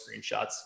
screenshots